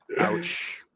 Ouch